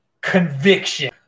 conviction